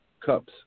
cups